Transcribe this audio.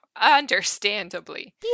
Understandably